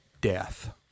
death